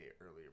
earlier